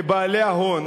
לבעלי ההון.